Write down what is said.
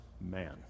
man